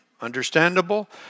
understandable